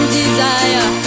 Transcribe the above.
desire